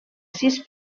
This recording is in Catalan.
sis